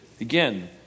again